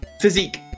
Physique